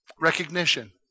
Recognition